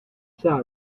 辖下